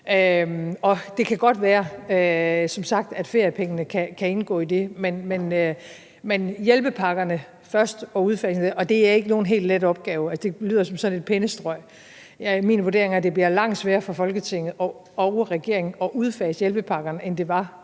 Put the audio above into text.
som sagt godt være, at feriepengene kan indgå i det. Men først hjælpepakkerne og udfasningen af dem, og det er ikke nogen helt let opgave. Det lyder som sådan et pennestrøg, men min vurdering er, at det bliver langt sværere for Folketinget og regeringen at udfase hjælpepakkerne, end det var at